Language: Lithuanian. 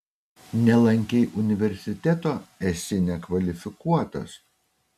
nelankei universiteto esi nekvalifikuotas